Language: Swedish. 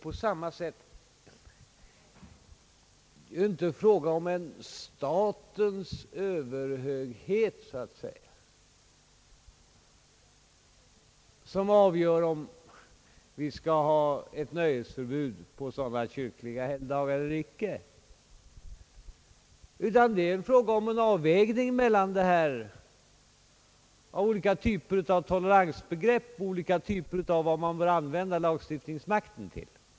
På samma sätt är det inte fråga om en statens överhöghet som avgör om vi skall ha ett nöjesförbud på sådana kyrkliga helgdagar eller inte, utan det är en fråga om en avvägning mellan olika typer av toleransbegrepp och olika uppfattningar om vad man bör använda lagstiftningsmakten till.